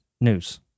news